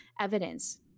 evidence